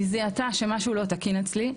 היא זיהתה שמשהו לא תקין אצלי.